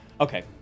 Okay